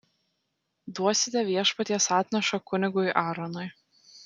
duosite viešpaties atnašą kunigui aaronui